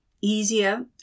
easier